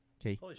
Okay